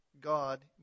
God